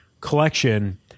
collection –